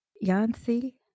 Yancy